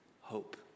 hope